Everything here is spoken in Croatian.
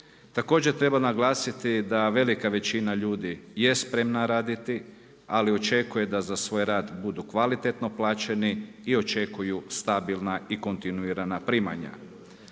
Također treba naglasiti da velika većina ljudi je spremna raditi, ali očekuju da za svoj rad budu kvalitetno plaćeni i očekuju stabilna i kontinuirana primanja.